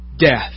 death